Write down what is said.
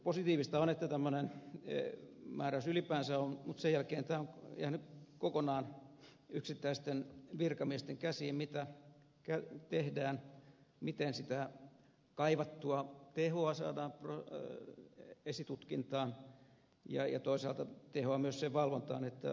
positiivista on että tämmöinen määräys ylipäänsä on mutta sen jälkeen tämä on jäänyt kokonaan yksittäisten virkamiesten käsiin mitä tehdään miten sitä kaivattua tehoa saadaan esitutkintaan ja toisaalta tehoa myös sen valvontaan että kansalaisten oikeussuoja toteutuu